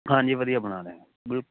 ਹਾਂਜੀ ਵਧੀਆ ਬਣਾ ਦਿਆਂਗੇ ਬਿਲਕੁਲ